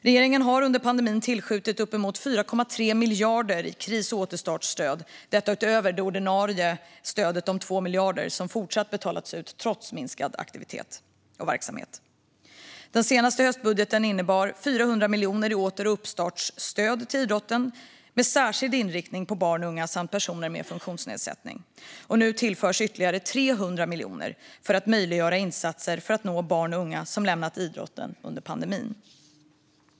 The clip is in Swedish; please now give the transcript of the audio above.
Regeringen har under pandemin tillskjutit uppemot 4,3 miljarder i kris och återstartsstöd - detta utöver det ordinarie stöd om 2 miljarder som fortsatt betalats ut trots minskad aktivitet och verksamhet. Den senaste höstbudgeten innebar 400 miljoner i åter och uppstartsstöd till idrotten med särskild inriktning på barn och unga samt personer med funktionsnedsättning. Och nu tillförs ytterligare 300 miljoner för att möjliggöra insatser för att nå barn och unga som lämnat idrotten under pandemin.